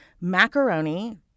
macaroni